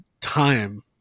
time